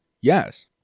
Yes